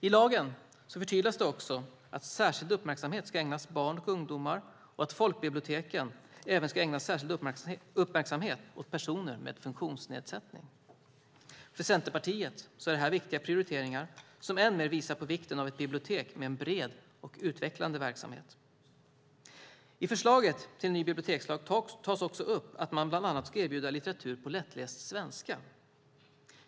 I lagen förtydligas också att särskild uppmärksamhet ska ägnas barn och ungdomar och att folkbiblioteken även ska ägna särskild uppmärksamhet åt personer med funktionsnedsättning. För Centerpartiet är detta viktiga prioriteringar som än mer visar på vikten av ett bibliotek med en bred och utvecklande verksamhet. I förslaget till ny bibliotekslag tas också upp att man bland annat ska erbjuda litteratur på lättläst svenska.